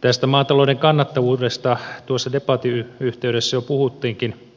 tästä maatalouden kannattavuudesta tuossa debatin yhteydessä jo puhuttiinkin